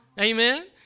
Amen